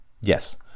Yes